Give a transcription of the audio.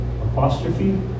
apostrophe